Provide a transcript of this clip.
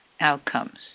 outcomes